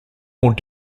more